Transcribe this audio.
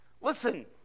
Listen